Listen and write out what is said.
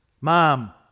Mom